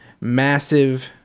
Massive